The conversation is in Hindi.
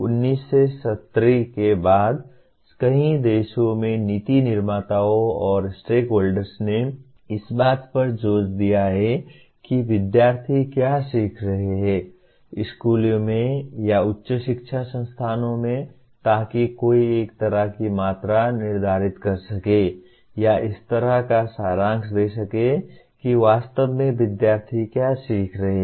1970 के बाद से कई देशों में नीति निर्माताओं और स्टेकहोल्डर्स ने इस बात पर जोर दिया है कि विद्यार्थी क्या सीख रहे हैं स्कूलों में या उच्च शिक्षा संस्थानों में ताकि कोई एक तरह की मात्रा निर्धारित कर सके या इस तरह का सारांश दे सके कि वास्तव में विद्यार्थी क्या सीख रहे हैं